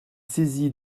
saisie